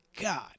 god